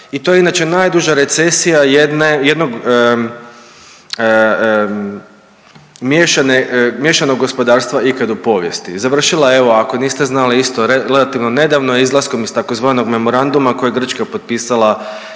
i to je inače najduža recesija jedne, jednog miješanog gospodarstva ikad u povijesti. I završila je evo ako niste znali isto relativno nedavno izlaskom iz tzv. memoranduma koji je Grčka potpisala